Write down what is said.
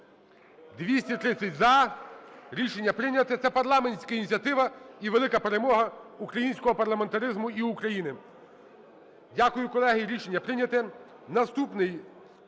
За-230 Рішення прийнято. Це парламентська ініціатива і велика перемога українського парламентаризму і України. Дякую, колеги. Рішення прийнято.